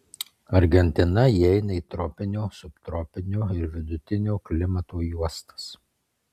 argentina įeina į tropinio subtropinio ir vidutinio klimato juostas